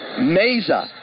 Mesa